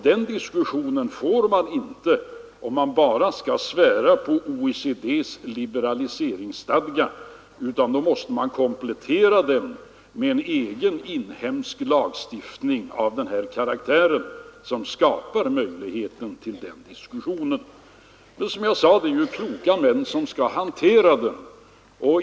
Den diskussionen åstadkommer man inte om man bara skall svära på OECD:s liberaliseringsstadga, utan då måste vi komplettera den med en egen inhemsk lagstiftning av sådan karaktär att den skapar möjlighet till debatt. Men som jag sade skall kloka män hantera dessa frågor.